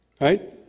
Right